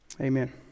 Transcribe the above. Amen